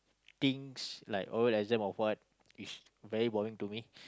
things like oral exam or what is very boring to me